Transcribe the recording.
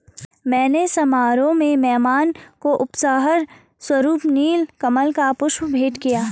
मैंने समारोह में मेहमान को उपहार स्वरुप नील कमल का पुष्प भेंट किया